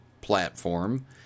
platform